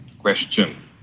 question